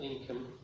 income